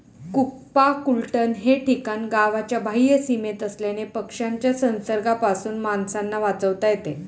कुक्पाकुटलन हे ठिकाण गावाच्या बाह्य सीमेत असल्याने पक्ष्यांच्या संसर्गापासून माणसांना वाचवता येते